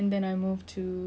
that's primary school itself